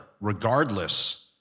regardless